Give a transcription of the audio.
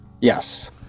Yes